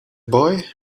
boy